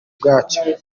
bwacyo